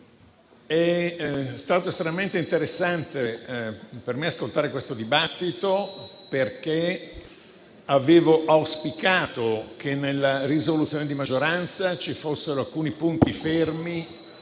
è stato estremamente interessante per me ascoltare questo dibattito, perché avevo auspicato che nella risoluzione di maggioranza ci fossero alcuni punti fermi,